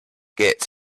get